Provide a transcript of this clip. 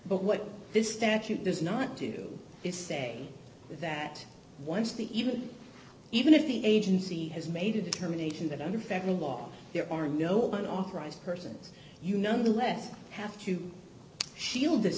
but what this statute does not do is say that once the even even if the agency has made a determination that under federal law there are no one authorized persons you nonetheless have to shield this